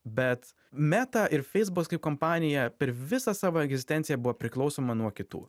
bet meta ir feisukas kaip kompanija per visą savo egzistenciją buvo priklausoma nuo kitų